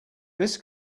this